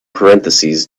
parentheses